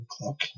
o'clock